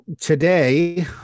Today